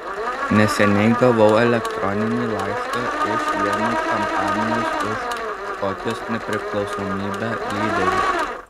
neseniai gavau elektroninį laišką iš vieno kampanijos už škotijos nepriklausomybę lyderių